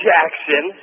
Jackson